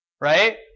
right